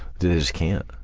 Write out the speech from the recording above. they just can't.